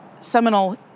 seminal